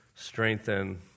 strengthen